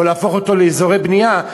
או להפוך אותו לאזורי בנייה,